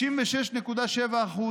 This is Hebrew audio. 56.7%,